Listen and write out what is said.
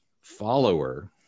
follower